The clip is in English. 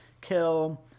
kill